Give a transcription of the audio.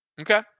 Okay